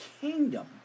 kingdom